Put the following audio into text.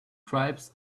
tribes